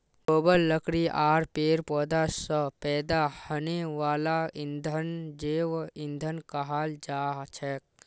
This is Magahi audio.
गोबर लकड़ी आर पेड़ पौधा स पैदा हने वाला ईंधनक जैव ईंधन कहाल जाछेक